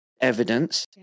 evidence